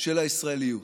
של הישראליות.